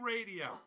Radio